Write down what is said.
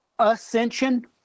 ascension